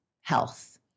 health